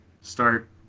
start